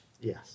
Yes